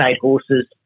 horses